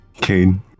Kane